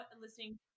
listening